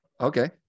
Okay